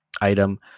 item